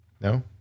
No